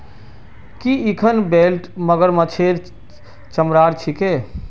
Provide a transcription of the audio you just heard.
की इखन बेल्ट मगरमच्छेर चमरार छिके